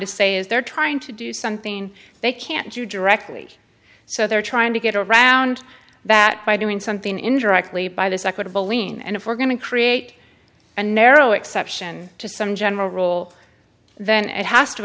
to say is they're trying to do something they can't do directly so they're trying to get around that by doing something indirectly by this equitable lien and if we're going to create a narrow exception to some general rule then it has to